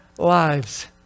lives